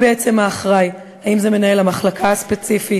בעצם האחראי: האם זה מנהל המחלקה הספציפית?